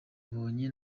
abonye